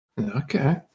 Okay